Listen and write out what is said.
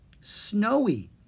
snowy